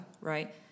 right